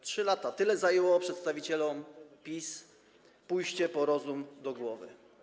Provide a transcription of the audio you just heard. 3 lata - tyle zajęło przedstawicielom PiS pójście po rozum do głowy.